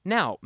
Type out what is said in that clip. Now